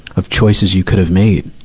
of choices you could have made,